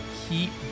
keep